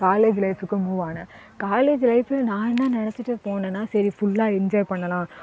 college லைஃப்புக்கு move ஆனேன் college லைஃப்பில் நான் என்ன நினைச்சுட்டு போனேன்னா சரி ஃபுல்லாக என்ஜாய் பண்ணலாம்